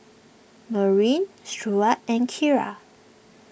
Merwin Stewart and Kira